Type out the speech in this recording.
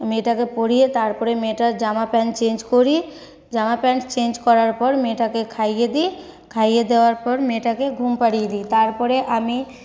মেয়েটাকে পড়িয়ে তারপরে মেয়েটার জামা প্যান্ট চেঞ্জ করি জামা প্যান্ট চেঞ্জ করার পর মেয়েটাকে খাইয়ে দি খাইয়ে দেয়ার পর মেয়েটাকে ঘুম পাড়িয়ে দি তারপরে আমি